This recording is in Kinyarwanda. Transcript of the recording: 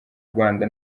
rwanda